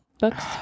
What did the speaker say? books